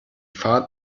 fahrt